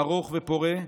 ארוך ופורה,